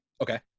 Okay